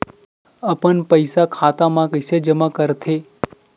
अपन पईसा खाता मा कइसे जमा कर थे?